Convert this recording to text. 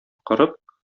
корып